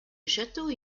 château